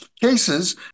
cases